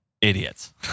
idiots